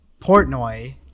Portnoy